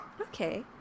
Okay